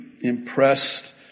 impressed